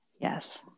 Yes